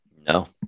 No